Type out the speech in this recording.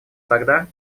тогда